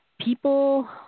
people